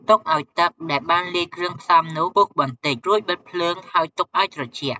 ទុកឲ្យទឹកដែលបានលាយគ្រឿងផ្សំនោះពុះបន្តិច រួចបិទភ្លើង ហើយទុកឲ្យត្រជាក់។